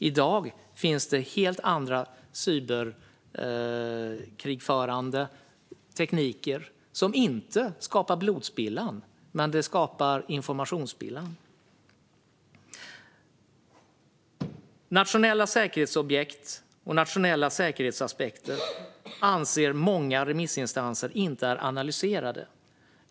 I dag finns det helt andra cyberkrigförande tekniker, som inte skapar blodspillan men informationsspillan. Många remissinstanser anser att nationella säkerhetsobjekt och nationella säkerhetsaspekter inte är analyserade.